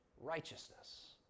righteousness